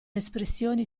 espressioni